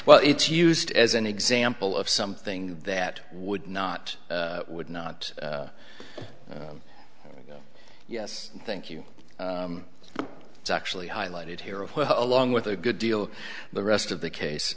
well it's used as an example of something that would not would not yes thank you it's actually highlighted here along with a good deal the rest of the case